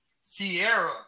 Sierra